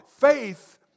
Faith